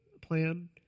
plan